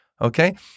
Okay